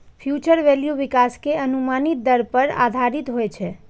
future value विकास के अनुमानित दर पर आधारित होइ छै